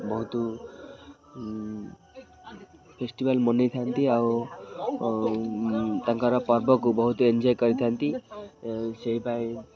ବହୁତ ଫେଷ୍ଟିଭାଲ୍ ମନେଇଥାନ୍ତି ଆଉ ତାଙ୍କର ପର୍ବକୁ ବହୁତୁ ଏନ୍ଜୟ କରିଥାନ୍ତି ସେହିପାଇଁ